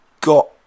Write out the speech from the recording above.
got